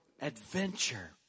adventure